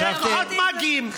כוחות מאגיים.